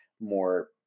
more